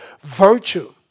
virtue